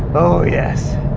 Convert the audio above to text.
oh, yes.